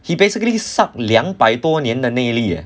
he basically suck 两百多年的内力 leh